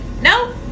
no